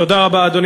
אדוני